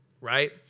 right